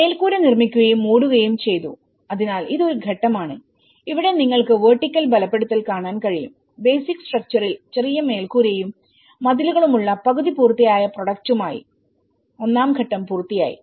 മേൽക്കൂര നിർമ്മിക്കുകയും മൂടുകയും ചെയ്തു അതിനാൽ ഇത് ഒരു ഘട്ടമാണ് ഇവിടെ നിങ്ങൾക്ക് വെർട്ടിക്കൽ ബലപ്പെടുത്തൽ കാണാൻ കഴിയുംബേസിക് സ്ട്രക്ച്ചറിൽ ചെറിയ മേൽക്കൂരയും മതിലുകളുമുള്ള പകുതി പൂർത്തിയായ പ്രോഡക്റ്റുമായി ഒന്നാം ഘട്ടം പൂർത്തിയായി